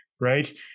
right